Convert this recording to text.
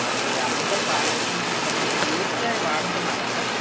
అది అందుకే కాల్ చేసాము అండ్ ఇంకా మీకు యూపీఐ వాడుతున్నారా సార్